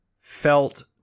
felt